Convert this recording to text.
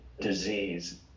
disease